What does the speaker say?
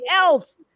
else